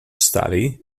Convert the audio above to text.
study